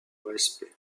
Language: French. respect